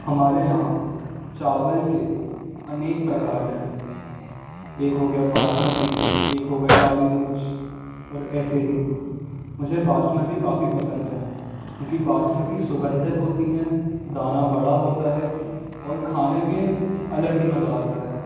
हमारे यहाँ चावल के अनेक प्रकार हैं एक हो गया बासमती एक हो गए काली मूँछ और ऐसे ही मुझे बासमती काफ़ी पसंद हैं क्योंकि बासमती सुगंधित होती हैं दाना बड़ा होता है और खाने में अलग ही मज़ा आता है